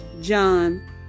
John